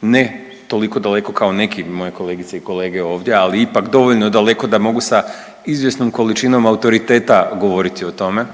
ne toliko daleko kao neki od moje kolegice i kolege ovdje, ali ipak dovoljno daleko da mogu sa izvjesnom količinom autoriteta govoriti o tome.